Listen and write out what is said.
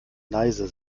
leise